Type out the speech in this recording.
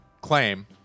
claim